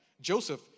Joseph